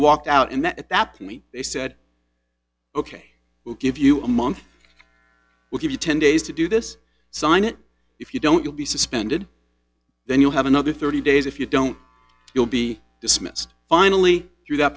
walked out and that at that point they said ok we'll give you a month we'll give you ten days to do this sign it if you don't you'll be suspended then you'll have another thirty days if you don't you'll be dismissed finally through that